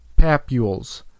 Papules